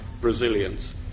Brazilians